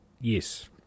Yes